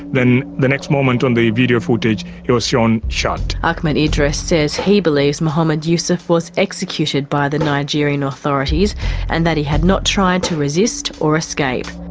then the next moment on the video footage he was shown shot. ahmed idris says he believes mohammed yusuf was executed by the nigerian authorities and that he had not tried to resist or escape.